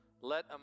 Let